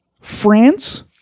france